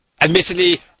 Admittedly